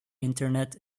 internet